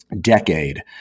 decade